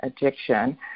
addiction